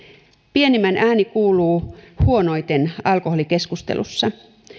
pienimmän ääni kuuluu huonoiten alkoholikeskustelussa